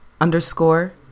Underscore